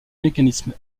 mécanisme